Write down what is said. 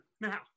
Now